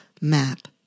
map